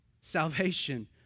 Salvation